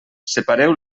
separeu